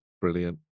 brilliant